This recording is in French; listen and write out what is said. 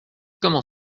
comment